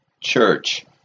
church